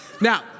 Now